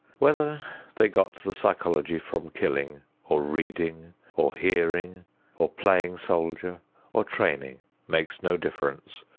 whether they got the psychology from killing or reading or hearing or playing soldier or training makes no difference.